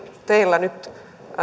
teillä nyt